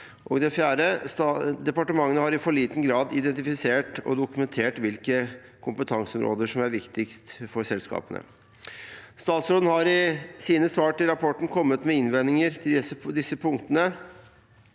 Departementene har i for liten grad identifisert og dokumentert hvilke kompetanseområder som er viktige for selskapene.» Statsråden har i sine svar til rapporten kommet med innvendinger til disse punktene.